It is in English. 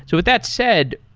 so with that said,